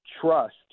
trust